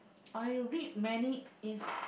I read many in